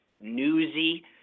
newsy